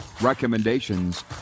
recommendations